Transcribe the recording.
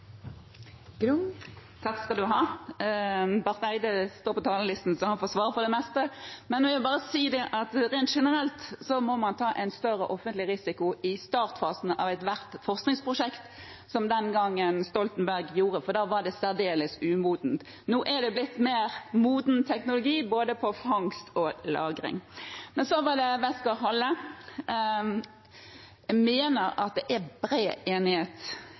Barth Eide står på talerlisten, så han får svare for det meste. Jeg vil bare si at rent generelt må man ta en større offentlig risiko i startfasen av ethvert forskningsprosjekt, som Stoltenberg-regjeringen den gangen gjorde, for da var det særdeles umodent. Nå er det blitt mer moden teknologi, både på fangst og lagring. Så til Westgaard-Halle: Jeg mener det er bred enighet